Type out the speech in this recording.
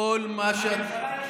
הכול האופוזיציה.